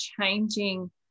changing